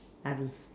Areve